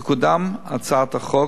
תקודם הצעת החוק,